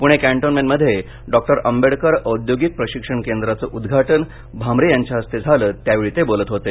Pune cantonment मध्ये डॉ आंबेडकर औद्योगिक प्रशिक्षण केंद्राचं उद्दघाटन भामरे यांच्या हस्ते झालं त्यावेळी ते बोलत होते